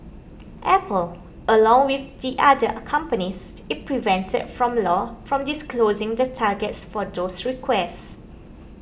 apple along with the other companies is prevented by law from disclosing the targets for those requests